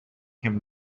him